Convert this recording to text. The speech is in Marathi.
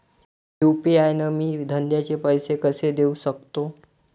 यू.पी.आय न मी धंद्याचे पैसे कसे देऊ सकतो?